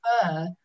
prefer